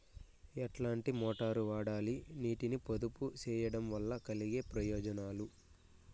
ఎట్లాంటి మోటారు వాడాలి, నీటిని పొదుపు సేయడం వల్ల కలిగే ప్రయోజనాలు?